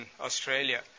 Australia